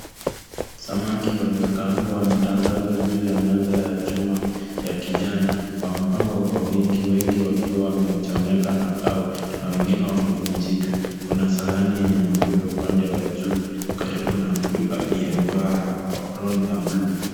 Samaki waliokaangwa wametandazwa juu ya meza ya kijani . Wamepangwa kwa wingi wengi wakiwa wamechomeka na wengine wamevunjika. Kuna sahani yenye mafuta upande wa juu na mtu aliyevaa aproni ya bluu.